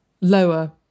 lower